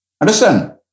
Understand